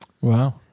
Wow